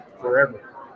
forever